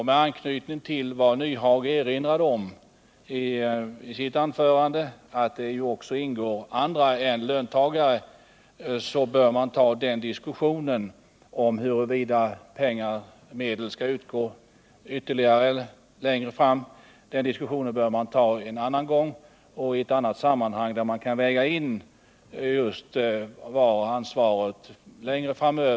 Med anknytning till vad Hans Nyhage erinrade om i sitt anförande —att det också ingår andra än löntagare i råden — vill jag framhålla att vi en annan gång och i ett annat sammanhang bör ta diskussionen om huruvida ytterligare medel skall utgå längre fram.